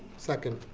second.